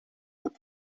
heb